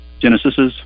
Genesises